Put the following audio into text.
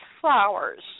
flowers